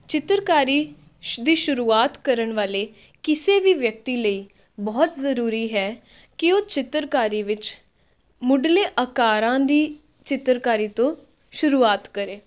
ਚਿੱਤਰਕਾਰੀ ਦੀ ਸ਼ੁਰੂਆਤ ਕਰਨ ਵਾਲੇ ਕਿਸੇ ਵੀ ਵਿਅਕਤੀ ਲਈ ਬਹੁਤ ਜ਼ਰੂਰੀ ਹੈ ਕਿ ਉਹ ਚਿੱਤਰਕਾਰੀ ਵਿੱਚ ਮੁੱਢਲੇ ਆਕਾਰਾਂ ਦੀ ਚਿੱਤਰਕਾਰੀ ਤੋਂ ਸ਼ੁਰੂਆਤ ਕਰੇ